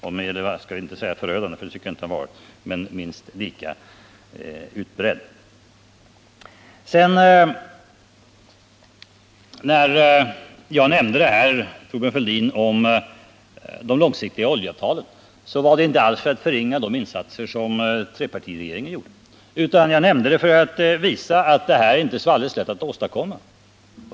— Ja, förödande tycker jag inte att kritiken har varit, men den skulle ha varit minst lika kraftig. Till Thorbjörn Fälldin vill jag säga att när jag nämnde de långsiktiga oljeavtalen så var det inte alls för att förringa de insatser som trepartiregeringen gjorde. Jag nämnde dessa avtal för att visa att detta inte är så alldeles lätt att åstadkomma.